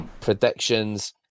predictions